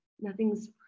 Nothing's